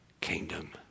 kingdom